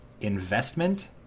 Investment